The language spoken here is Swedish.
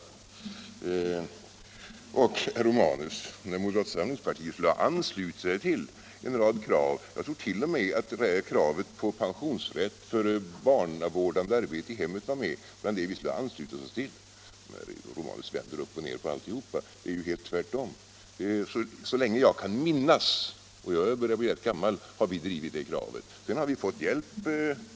Moderata samlingspartiet, herr Romanus, har anslutit sig till en rad krav — jag tror t.o.m. kravet på pensionsrätt för barnavårdande arbete i hemmet var med. Herr Romanus vänder upp och ned på allt. Det är ju precis tvärtom. Så långt jag kan minnas — och jag börjar bli rätt gammal — har vi drivit det kravet.